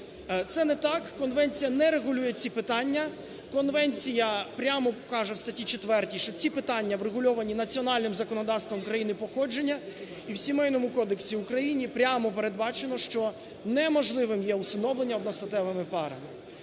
Це не так. Конвенція не регулює ці питання, конвенція прямо каже в статті 4, що ці питання врегульовані національним законодавством країни походження, і в сімейному кодексі України прямо передбачено, що неможливим є усиновлення одностатевими парами.